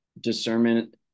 discernment